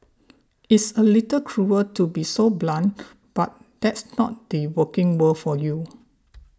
it's a little cruel to be so blunt but that's not the working world for you